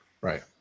Right